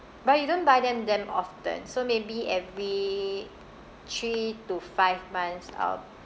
but you don't buy them them often so maybe every three to five months I'll